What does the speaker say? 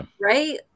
Right